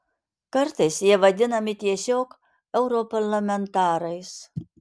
kartais jie vadinami tiesiog europarlamentarais